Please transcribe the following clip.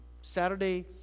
Saturday